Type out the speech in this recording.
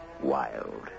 Wild